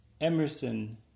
Emerson